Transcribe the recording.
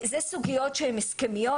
זה סוגיות שהן הסכמיות.